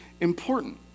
important